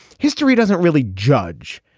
history doesn't really judge.